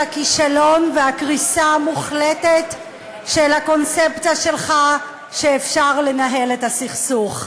הכישלון והקריסה המוחלטת של הקונספציה שלך שאפשר לנהל את הסכסוך.